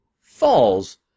falls